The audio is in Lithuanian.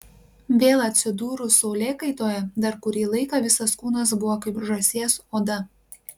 vėl atsidūrus saulėkaitoje dar kurį laiką visas kūnas buvo kaip žąsies oda